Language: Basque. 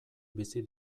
bizi